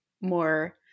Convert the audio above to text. more –